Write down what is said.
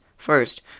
First